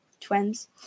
twins